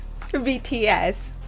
BTS